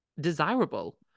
desirable